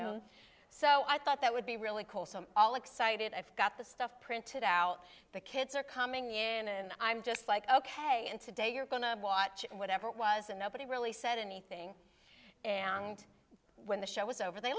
know so i thought that would be really cool so i'm all excited i've got the stuff printed out the kids are coming in and i'm just like ok and today you're going to watch whatever it was and nobody really said anything and when the show was over they